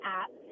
app